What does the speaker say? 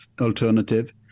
alternative